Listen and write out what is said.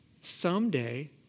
Someday